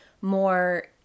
more